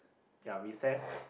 ya recess